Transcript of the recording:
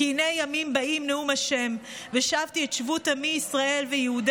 "כי הנה ימים באים נאום ה' ושבתי את שבות עמי ישראל ויהודה